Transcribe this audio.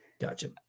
Gotcha